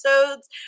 episodes